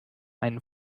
einen